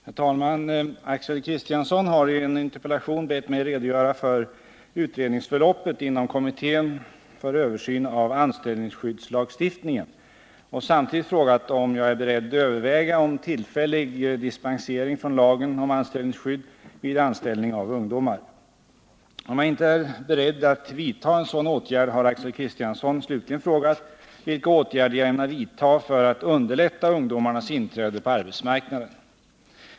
Herr talman! Axel Kristiansson har i en interpellation bett mig redogöra för utredningsförloppet inom kommittén för översyn av anställningsskyddslagstiftningen och samtidigt frågat om jag är beredd överväga en tillfällig dispensering från lagen om anställningsskydd vid anställning av ungdomar. Om jag inte är beredd vidta en sådan åtgärd vill Axel Kristiansson slutligen fråga vilka åtgärder jag ämnar vidta för att underlätta ungdomarnas inträde på arbetsmarknaden.